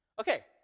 Okay